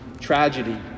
tragedy